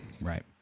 Right